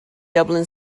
dublin